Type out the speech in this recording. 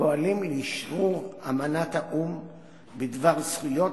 פועלים לאשרור אמנת האו"ם בדבר זכויות